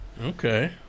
Okay